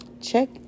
Check